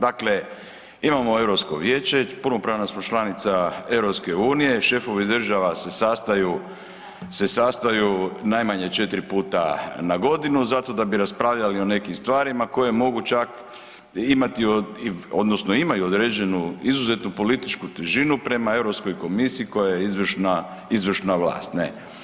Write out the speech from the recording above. Dakle, imamo Europsko vijeće, punopravna smo članica EU, šefovi država se sastaju, se sastaju najmanje 4 puta na godinu zato da bi raspravljali o nekim stvarima koje mogu čak imati od odnosno imaju određenu izuzetnu političku težinu prema Europskoj komisiji koja je izvršna vlast, ne.